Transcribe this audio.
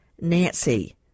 nancy